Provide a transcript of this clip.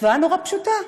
משוואה נורא פשוטה.